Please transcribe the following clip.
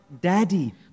daddy